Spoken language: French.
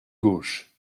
gauche